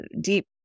deep